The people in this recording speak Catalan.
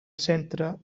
centre